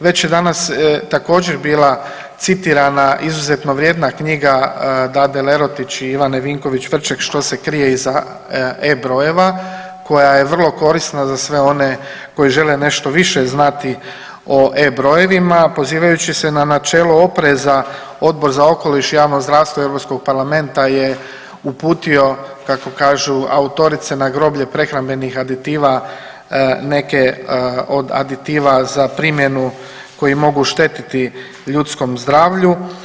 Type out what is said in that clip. Već je danas također, bila citirana izuzetno vrijedna knjiga Dade Lerotić i Ivane Vinković Vrček što se krije iza E-brojeva koja je vrlo korisna za sve one koji žele nešto više znati o E brojevima, a pozivajući se na načelo opreza Odbor za okoliš i javno zdravstvo Europskog parlamenta je uputio kako kažu autorice na groblje prehrambenih aditiva neke od aditiva za primjenu koji mogu štetiti ljudskom zdravlju.